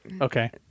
Okay